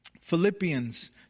Philippians